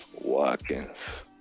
Watkins